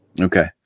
Okay